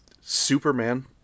Superman